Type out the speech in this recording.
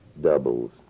Doubles